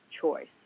choice